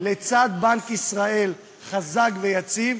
לצד בנק ישראל חזק ויציב,